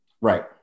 Right